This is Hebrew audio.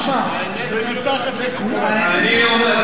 מתחת, הוא נר לרגלי כאן.